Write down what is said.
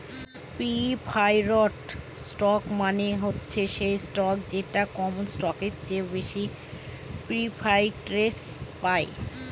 preferred stock মানে হচ্ছে সেই স্টক যেটা কমন স্টকের চেয়ে বেশি প্রিফারেন্স পায়